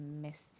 messy